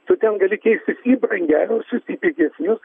tu ten gali keistis į brangiausius į pigesnius